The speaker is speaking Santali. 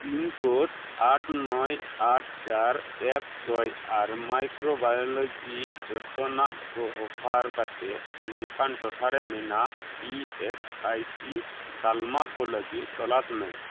ᱯᱤᱱ ᱠᱳᱰ ᱟᱴ ᱱᱚᱭ ᱟᱴ ᱪᱟᱨ ᱮᱠ ᱪᱷᱚᱭ ᱟᱨ ᱢᱟᱭᱠᱨᱳᱵᱟᱭᱳᱞᱳᱜᱤ ᱡᱚᱛᱚᱱᱟᱜ ᱠᱚ ᱚᱯᱷᱟᱨ ᱠᱟᱛᱮᱫ ᱱᱚᱝᱠᱟᱱ ᱴᱚᱴᱷᱟᱨᱮ ᱢᱮᱱᱟᱜ ᱤ ᱮᱥ ᱟᱭ ᱥᱤ ᱛᱟᱞᱢᱟ ᱠᱚ ᱞᱟᱹᱜᱤᱫ ᱛᱚᱞᱟᱥ ᱢᱮ